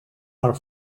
are